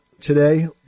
today